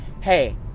hey